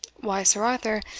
why, sir arthur,